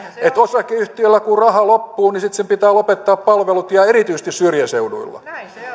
että kun osakeyhtiöllä raha loppuu niin sitten sen pitää lopettaa palvelut ja erityisesti syrjäseuduilla